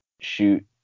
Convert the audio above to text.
shoot